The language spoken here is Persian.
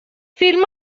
فیلمای